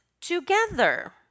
together